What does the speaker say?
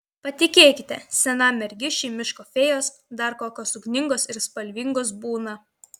patikėkite senam mergišiui miško fėjos dar kokios ugningos ir spalvingos būna